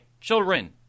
children